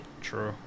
True